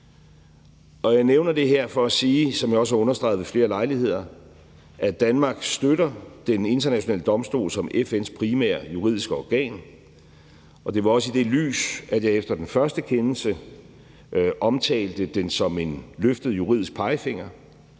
ved flere lejligheder, at Danmark støtter Den Internationale Domstol som FN's primære juridiske organ, og det var også i det lys, at jeg efter den første kendelse omtalte det som en løftet juridisk pegefinger,